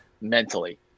mentally